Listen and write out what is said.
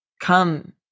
come